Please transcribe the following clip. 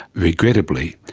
regrettably,